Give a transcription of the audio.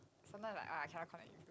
sometimes like ah I cannot connect with you